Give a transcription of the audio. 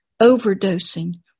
overdosing